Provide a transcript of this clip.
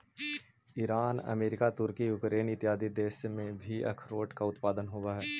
Iran America तुर्की Ukraine इत्यादि देशों में भी अखरोट का उत्पादन होवअ हई